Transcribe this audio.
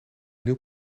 nieuw